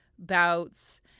bouts